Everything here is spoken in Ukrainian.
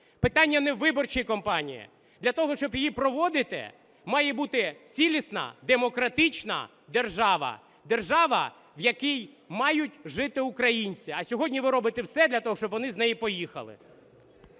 Питання не у виборчій кампанії. Для того, щоб її проводити, має бути цілісна демократична держава, держава, в якій мають жити українці. А сьогодні ви робите все для того, щоб вони з неї поїхали.